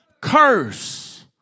curse